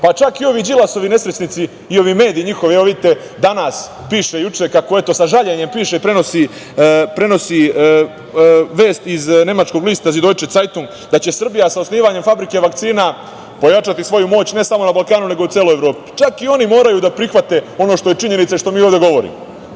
pak i ovi Đilasovi nesrećnici i ovi njihovi mediji, evo, vidite, „Danas“ piše kako sa žaljenjem prenosi vest iz nemačkog lista „Zidojče cajtung“ da će Srbija sa osnivanjem fabrika vakcina pojačati svoju moć, ne samo na Balkanu, nego u celoj Evropi. Čak i oni moraju da prihvate ono što je činjenica, što mi ovde govorimo. Čitam